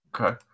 Okay